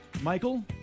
Michael